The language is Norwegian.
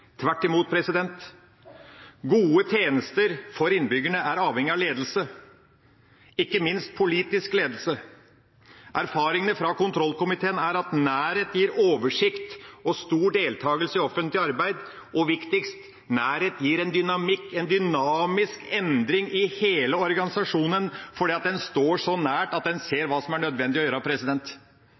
Tvert imot – gode tjenester for innbyggerne er avhengig av ledelse, ikke minst politisk ledelse. Erfaringene fra kontrollkomiteen er at nærhet gir oversikt og stor deltakelse i offentlig arbeid, og – viktigst – nærhet gir en dynamisk endring i hele organisasjonen, fordi en står så nær at en ser hva som er nødvendig å gjøre,